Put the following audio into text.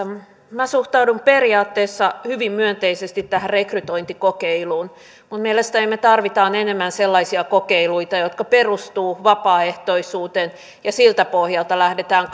minä suhtaudun periaatteessa hyvin myönteisesti tähän rekrytointikokeiluun minun mielestäni me tarvitsemme enemmän sellaisia kokeiluita jotka perustuvat vapaaehtoisuuteen ja siltä pohjalta lähdetään